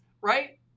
right